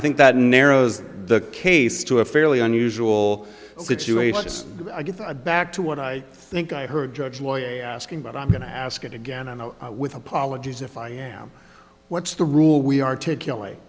i think that narrows the case to a fairly unusual situation i get back to what i think i heard judge lawyer asking but i'm going to ask it again and with apologies if i am what's the rule we articulate